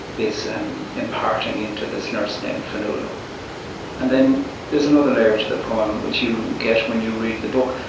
is um imparting into this nurse named fionnuala and then there's another layer to the poem, which you get when you read the book.